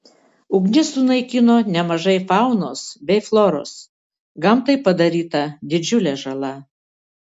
ugnis sunaikino nemažai faunos bei floros gamtai padaryta didžiulė žala